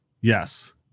Yes